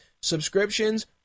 subscriptions